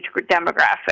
demographic